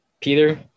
peter